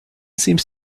seemed